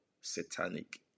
satanic